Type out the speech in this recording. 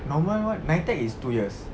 normal what NITEC is two years